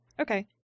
Okay